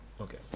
Okay